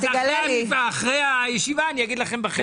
אחרי הישיבה אני אגיד לכם בחדר.